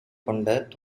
கொண்ட